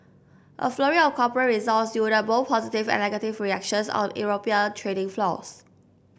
a flurry of corporate results yielded both positive and negative reactions on European trading floors